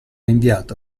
inviata